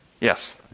Yes